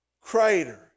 crater